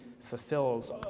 fulfills